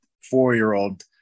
four-year-old